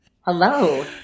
hello